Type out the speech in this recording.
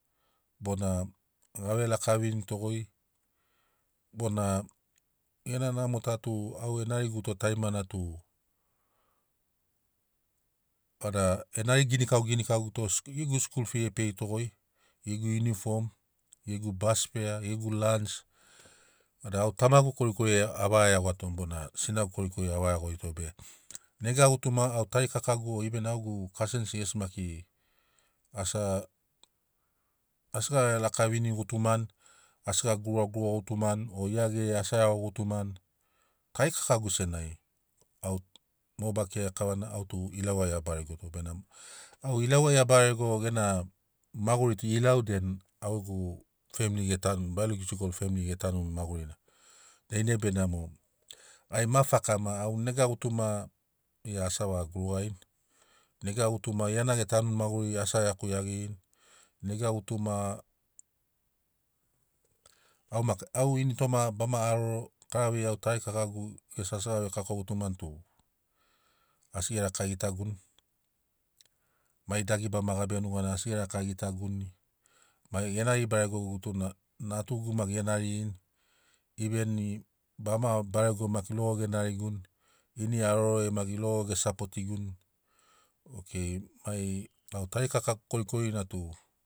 Bona gave laka vinitogoi bona gena namo ta tu a e nariguto tarima tu vada e nari ginikau gini kauguto skul gegu skul fi e pei togoi gegu uniform bas fea gegu lans vada au tamagu korikoriai a vaga iagoato bona sinagu korikoriai a vaga iagorito be nega gutuma au tarikakagu bona gegu kasens gesi maki asi ga- asi gave laka vini gutumani asi ga guruga guruga gutumani gia geri ai as a iago gutuman tarikakagu senagi au mo ba kiragia kavana au tu ilau ai a baregoto bene. Mo ilau ai a baregoto gena maguri tu ilau den au gegu femili ge tanuni bailogiko femili ge tanuni magurina dainai benamo gai ma fakama au nega gutuma gia asi a vaga gurugarini nega gutuma gia na ge tanuni maguriri asi a iaku iagirini nega gutuma au maki au ini toma bama aroro kara vei au tarikakagu gesi asi gave kako gutumani tu asi ge rakagitaguni mai dagi bama gabia nuganai asi ge rakagitaguni mai ge nari baregoguto na tu natugu maki ge naririni iven bama barego maki logo ge nariguni ini aroroai maki logo ge sapotiguni okei mai au tarikakagu korikorina tu